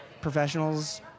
professionals